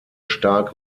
stark